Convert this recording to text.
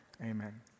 Amen